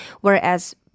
whereas